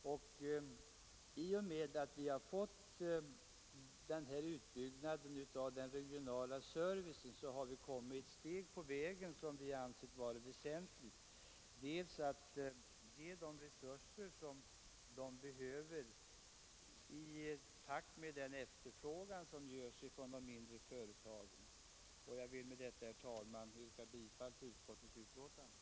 I och med utbyggnaden av den regionala servicen har vi kommit ytterligare ett steg på vägen när det gäller att ge resurser till de mindre företagen i takt med efterfrågan, vilket vi ansett vara väsentligt. Jag vill med detta, herr talman, yrka bifall till utskottets hemställan.